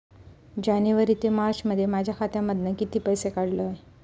जानेवारी ते मार्चमध्ये माझ्या खात्यामधना किती पैसे काढलय?